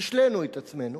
השלינו את עצמנו,